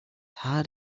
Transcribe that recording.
hard